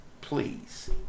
please